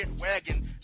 wagon